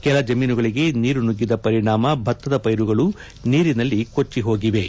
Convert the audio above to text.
ಕೆಲ ಜಮೀನುಗಳಿಗೆ ನೀರು ನುಗ್ಗಿದ ಪರಿಣಾಮ ಭತ್ತದ ಪೈರುಗಳು ನೀರಿನಲ್ಲಿ ಕೊಚ್ಚೆ ಹೋಗಿವೆ